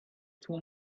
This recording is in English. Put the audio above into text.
two